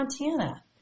Montana